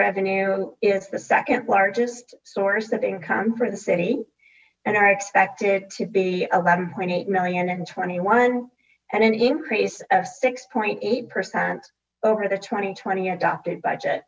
revenue is the second largest source of income for the city and are expected to be eleven point eight million and twenty one and an increase of six point eight percent over the twenty twenty adopted budget